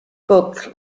buick